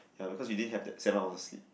ya because you didn't have that seven hours of sleep